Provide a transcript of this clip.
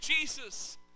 Jesus